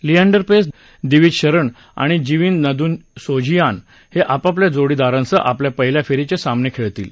लिएंडर पेस दिविज शरण आणि जीवन नेदूनशेझियान हे आपापल्या जोडीदारांसह आज पहिल्या फेरीचे सामने खेळतील